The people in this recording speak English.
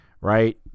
right